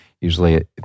Usually